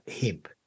hemp